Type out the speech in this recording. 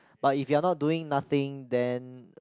but if you are not doing nothing then